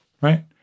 right